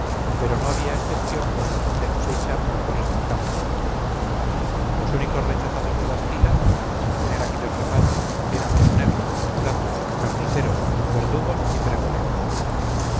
pero no había excepción por razón de cosecha o labores del campo los únicos rechazados de las filas sin tener aquellos reparos eran los negros mulatos carniceros verdugos y pregoneros